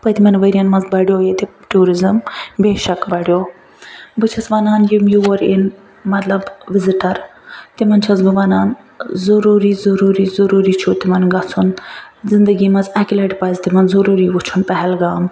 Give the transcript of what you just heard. پٔتمیٚن وریَن منٛز بڑھیٛو ییٚتہِ ٹیٛوٗرِزٕم بے شک بڑھیٛو بہٕ چھیٚس ونان یِم یور یِن مطلب وِزِٹر تِمن چھیٚس بہٕ ونان ٲں ضروری ضروری ضروری چھُ تِمن گژھُن زندگی منٛز اکہِ لٹہِ پزِ تِمن ضروری وُچھُن پہلگام